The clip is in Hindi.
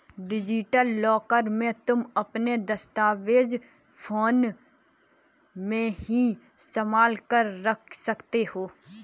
डिजिटल लॉकर में तुम अपने दस्तावेज फोन में ही संभाल कर रख सकती हो